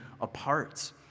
apart